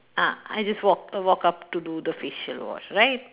ah I just walk uh walk up to do the facial wash right